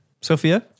Sophia